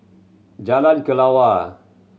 Jalan Kelawar